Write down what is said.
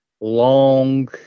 long